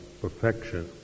perfection